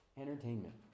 Entertainment